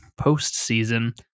postseason